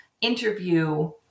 interview